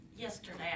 Yesterday